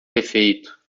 defeito